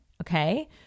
Okay